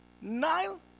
Nile